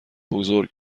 بزرگ